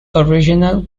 original